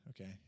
Okay